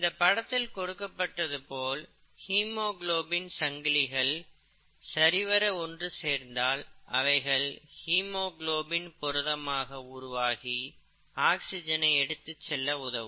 இந்தப் படத்தில் கொடுக்கப்பட்டது போல் ஹீமோகுளோபின் சங்கிலிகள் சரிவர ஒன்று சேர்ந்தால் அவைகள் ஹீமோகுளோபின் புரதம் ஆக உருவாகி ஆக்சிஜனை எடுத்துச் செல்ல உதவும்